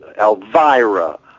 Elvira